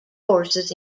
courses